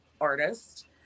artist